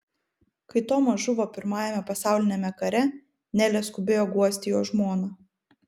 kai tomas žuvo pirmajame pasauliniame kare nelė skubėjo guosti jo žmoną